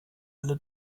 alle